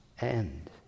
end